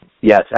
Yes